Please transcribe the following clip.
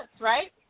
right